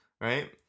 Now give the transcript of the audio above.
right